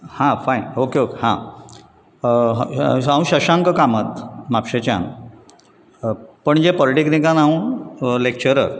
हां fine okay okay हांव शशांक कामत म्हापशेंच्यान पणजे पोलिटॅक्निकांत हांव लॅक्चरर